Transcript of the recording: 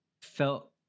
felt